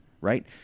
right